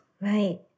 Right